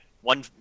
one